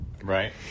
Right